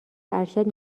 ارشد